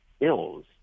ills